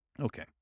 Okay